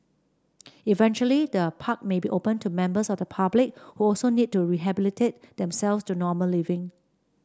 eventually the park may be open to members of the public who also need to rehabilitate themselves to normal living